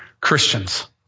Christians